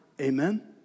Amen